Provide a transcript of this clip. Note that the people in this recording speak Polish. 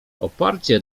oparcie